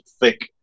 thick